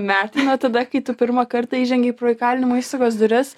metai nuo tada kai tu pirmą kartą įžengei pro įkalinimo įstaigos duris